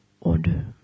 Order